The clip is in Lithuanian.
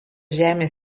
žemės